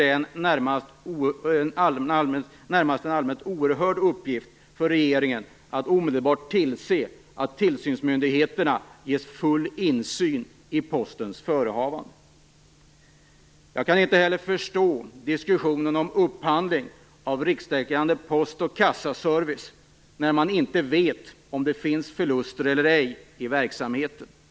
Det är en oerhört angelägen uppgift för regeringen att omedelbart tillse att tillsynsmyndigheterna ges full insyn i Postens förehavanden. Jag kan inte heller förstå diskussionen om upphandling av rikstäckande post och kassaservice, när man inte vet om det finns förluster i verksamheten eller ej.